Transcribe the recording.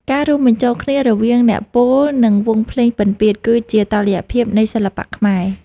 ការរួមបញ្ចូលគ្នារវាងអ្នកពោល និងវង់ភ្លេងពិណពាទ្យ គឺជាតុល្យភាពនៃសិល្បៈខ្មែរ។